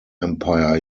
empire